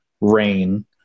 rain